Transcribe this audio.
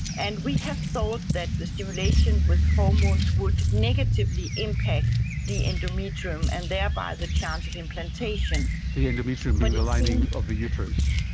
and we have thought that the stimulation with hormones would negatively impact the endometrium and thereby the chance of implantation. the endometrium being the lining of the uterus.